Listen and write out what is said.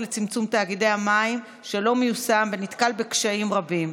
לצמצום תאגידי המים לא מיושם ונתקל בקשיים רבים,